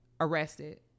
arrested